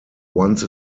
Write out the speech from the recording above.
once